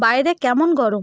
বাইরে কেমন গরম